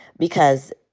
because,